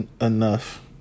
enough